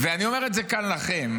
ואני אומר את זה כאן לכם,